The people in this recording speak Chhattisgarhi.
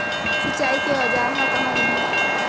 सिंचाई के औज़ार हा कहाँ मिलही?